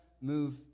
move